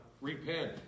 repent